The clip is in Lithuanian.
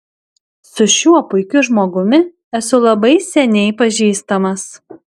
su šiuo puikiu žmogumi esu labai seniai pažįstamas